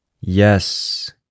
Yes